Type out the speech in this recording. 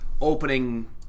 opening